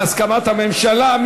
בהסכמת הממשלה.